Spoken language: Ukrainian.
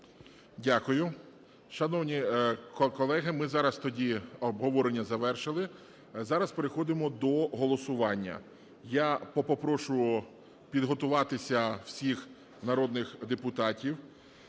Дякую. Шановні колеги, ми зараз тоді… Обговорення завершили. Зараз переходимо до голосування. Я попрошу підготуватися всіх народних депутатів.